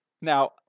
Now